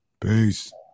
Peace